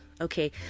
Okay